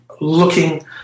looking